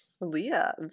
Leah